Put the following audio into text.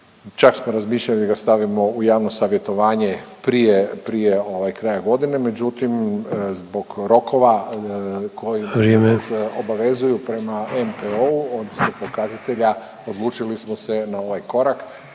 čak smo razmišljali da ga stavimo u javno savjetovanje prije, prije ovaj kraja godine, međutim, zbog rokova koji nas … .../Upadica: Vrijeme./... obavezuju prema NPOO-u odnosno pokazatelja odlučili smo se na ovaj korak